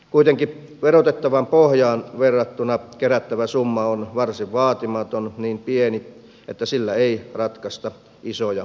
kuitenkin verotettavaan pohjaan verrattuna kerättävä summa on varsin vaatimaton niin pieni että sillä ei ratkaista isoja vastuita